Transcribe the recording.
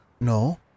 no